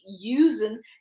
using